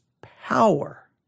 power